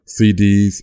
CDs